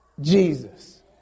Jesus